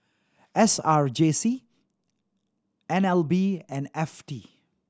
S R J C N L B and F T